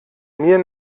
mir